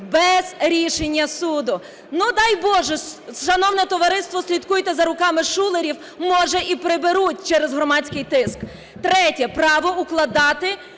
без рішення суду. Ну, дай Боже. Шановне товариство, слідкуйте за руками шулерів, може і приберуть через громадський тиск. Третє. Право укладати